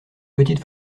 petite